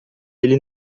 ele